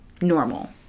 normal